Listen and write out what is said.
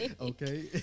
Okay